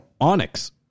Onyx